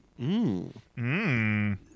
Mmm